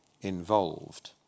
involved